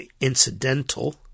incidental